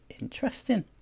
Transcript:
interesting